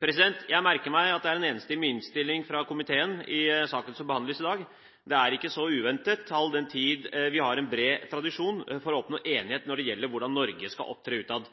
Jeg merker meg at det er en enstemmig innstilling fra komiteen i saken som behandles i dag. Det er ikke så uventet, all den tid vi har en bred tradisjon for å oppnå enighet når det gjelder hvordan Norge skal opptre utad.